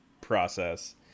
process